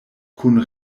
kun